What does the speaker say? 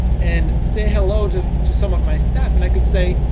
and say hello to to some of my staff, and i could say,